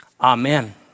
Amen